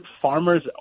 farmers